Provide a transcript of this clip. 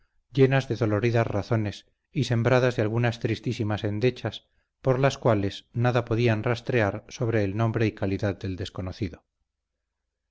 llenas de doloridas razones y sembradas de algunas tristísimas endechas por las cuales nada podían rastrear sobre el nombre y calidad del desconocido